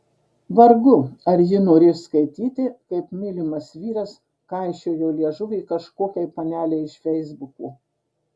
vargu ar ji norės skaityti kaip mylimas vyras kaišiojo liežuvį kažkokiai panelei iš feisbuko